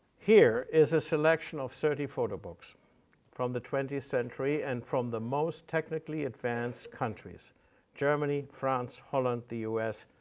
here is a selection of thirty photo books from the twenty century and from the most technically advanced countries germany, france, holland, the us,